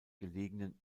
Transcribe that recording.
gelegenen